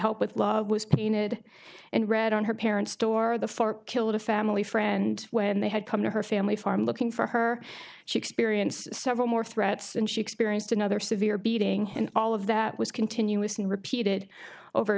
help with love was painted and red on her parents door the four killed family friend when they had come to her family farm looking for her she experienced several more threats and she experienced another severe beating and all of that was continuously repeated over